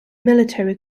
military